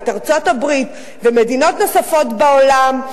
ארצות-הברית ומדינות נוספות בעולם,